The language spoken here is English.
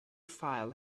file